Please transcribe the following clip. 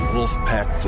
Wolfpack